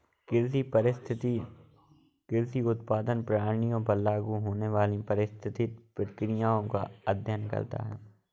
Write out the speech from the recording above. कृषि पारिस्थितिकी कृषि उत्पादन प्रणालियों पर लागू होने वाली पारिस्थितिक प्रक्रियाओं का अध्ययन करता है